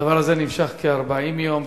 הדבר הזה נמשך כ-40 יום.